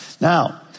Now